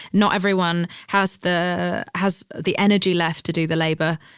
not everyone has the, has the energy left to do the labor.